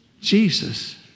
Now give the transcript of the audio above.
Jesus